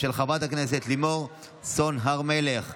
של חברת הכנסת לימור סון הר מלך.